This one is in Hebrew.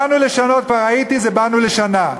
באנו לשנות, כבר ראיתי, זה באנו לשנה.